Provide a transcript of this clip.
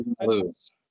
lose